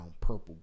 purple